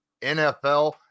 nfl